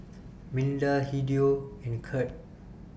Milda Hideo and Kirt